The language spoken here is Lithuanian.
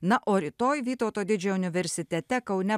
na o rytoj vytauto didžiojo universitete kaune